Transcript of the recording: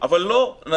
אבל, לא.